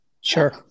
Sure